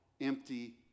empty